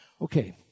Okay